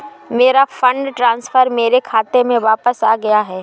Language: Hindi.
मेरा फंड ट्रांसफर मेरे खाते में वापस आ गया है